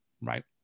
right